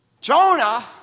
Jonah